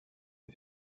est